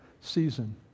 season